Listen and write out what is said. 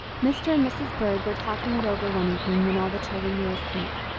mr. and mrs. bird were talking it over one evening when all the children were asleep.